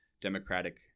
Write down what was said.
Democratic